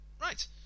Right